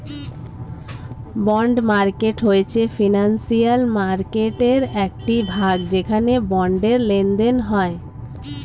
bond market হয়েছে financial মার্কেটয়ের একটি ভাগ যেখানে বন্ডের লেনদেন হয়